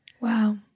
Wow